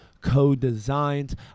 co-designed